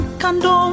kando